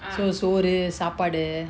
so சோறு சாப்பாடு:soru saapadu